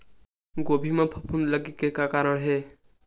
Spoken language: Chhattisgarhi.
गोभी म फफूंद लगे के का कारण हे?